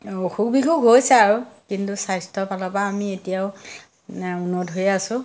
অসুখ বিসুখ হৈছে আৰু কিন্তু স্বাস্থ্য ফালৰ পৰা আমি এতিয়াও উন্নত হৈয়ে আছোঁ